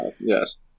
Yes